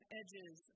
edges